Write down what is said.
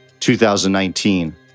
2019